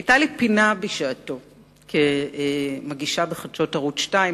היתה לי פינה בשעתו כמגישה בחדשות ערוץ-2,